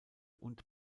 und